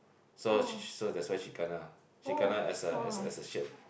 so she she so that's why she kena she kena as a as a shit